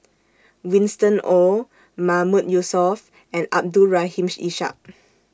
Winston Oh Mahmood Yusof and Abdul Rahim Ishak